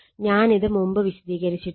ഞാനിത് മുമ്പ് വിശദീകരിച്ചിട്ടുണ്ട്